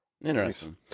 Interesting